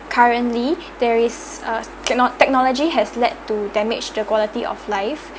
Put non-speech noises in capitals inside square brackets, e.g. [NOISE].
currently [BREATH] there is err techno~ technology has led to damage the quality of life